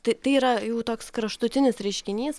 tai yra jau toks kraštutinis reiškinys